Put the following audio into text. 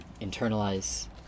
internalize